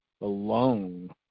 alone